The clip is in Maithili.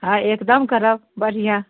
हँ एकदम करब बढ़िआँ